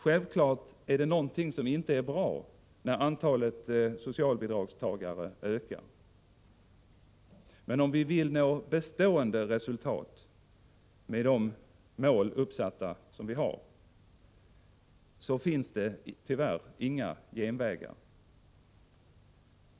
Självfallet är det någonting som inte är bra när antalet socialbidragstagare ökar. Men det finns tyvärr inga genvägar.